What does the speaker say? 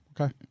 okay